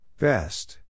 Best